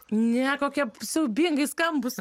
ne kokie siaubingai skambūs